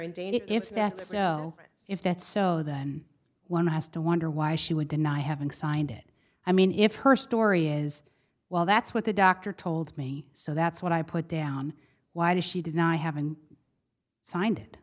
fact so if that's so then one has to wonder why she would deny having signed it i mean if her story is well that's what the doctor told me so that's what i put down why did she deny having signed it